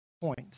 Point